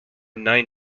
nine